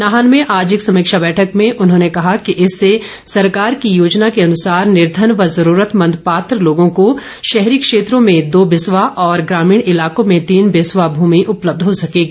नाहन में आज एक समीक्षा बैठक में उन्होंने कहा कि इससे सरकार की योजना के अनुसार निर्धन व जरूरतमंद पात्र लोगों को शहरी क्षेत्रों में दो बिस्वा और ग्रामीण इलाकों में तीन बिस्वा भूमि उपलब्ध हो सकेगी